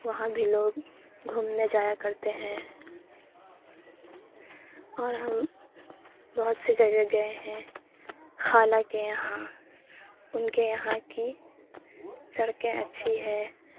وہاں بھی لوگ گھومنے جایا کرتے ہیں اور ہم بہت سی جگہ گئے ہیں خالہ کے یہاں ان کے یہاں کی سڑکیں اچھی ہے